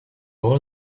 all